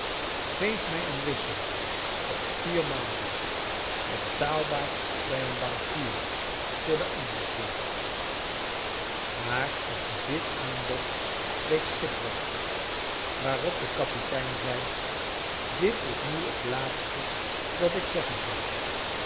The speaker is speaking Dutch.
geef mij een wissel op vier maanden betaalbaar bij een bankier voor de amdere twintig maar ook dit aanbod leed schipbreuk waarop de kapitein zei dit is nu het laatste dat ik zeggen zal